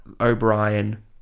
O'Brien